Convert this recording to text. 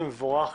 זה מבורך,